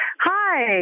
Hi